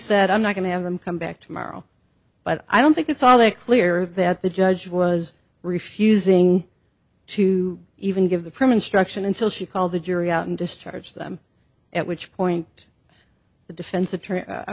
said i'm not going to have them come back tomorrow but i don't think it's all they clear that the judge was refusing to even give the permit struction until she called the jury out and discharge them at which point the defense attorney